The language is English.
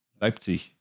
Leipzig